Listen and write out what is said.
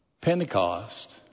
Pentecost